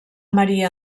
maria